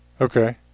Okay